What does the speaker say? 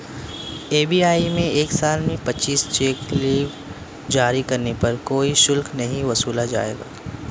SBI में एक साल में पच्चीस चेक लीव जारी करने पर कोई शुल्क नहीं वसूला जाएगा